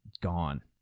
gone